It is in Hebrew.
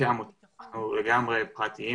כעמותה הם לגמרי פרטיים,